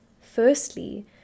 Firstly